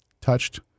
touched